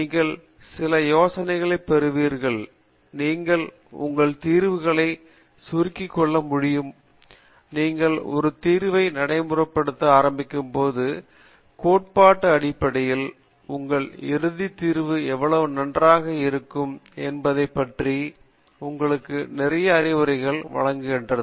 நீங்கள் சில யோசனைகளைப் பெறுவீர்கள் நீங்கள் உங்கள் தீர்வுகளைச் சுருக்கிக் கொள்ளும் முன் நீங்கள் ஒரு தீர்வை நடைமுறைப்படுத்த ஆரம்பிக்கும்போது கோட்பாடு அடிப்படையில் உங்கள் இறுதி தீர்வு எவ்வளவு நன்றாக இருக்கும் என்பதைப் பற்றி உங்களுக்கு நிறைய அறிவுரைகளை வழங்குகிறது